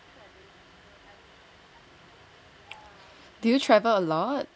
did you travel a lot